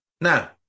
Now